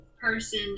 person